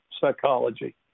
psychology